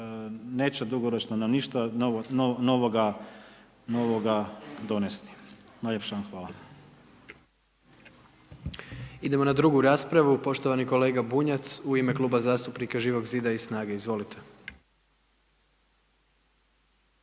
neće dugoročno na ništa novoga donesti. Najljepša vam hvala. **Jandroković, Gordan (HDZ)** Idemo na drugu raspravu, poštovani kolega Bunjac u ime Kluba zastupnika Živog zida i Snage. Izvolite.